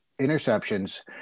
interceptions